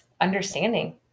understanding